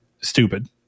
Stupid